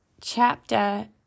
chapter